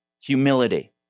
Humility